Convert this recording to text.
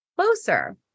closer